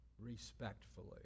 respectfully